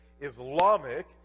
Islamic